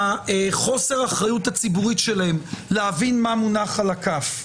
חוסר האחריות הציבורית שלהם להבין מה מונח על הכף.